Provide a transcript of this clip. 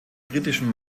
kritischen